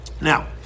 now